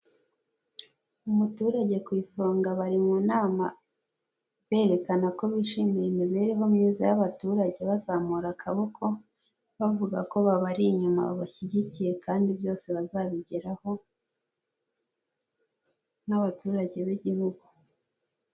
Umuturage ku isonga bari mu nama berekana ko bishimiye imibereho myiza y'abaturage bazamura akaboko, bavuga ko babari inyuma babashyigikiye kandi byose bazabigeraho, n'abaturage b'igihugu.